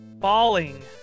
Falling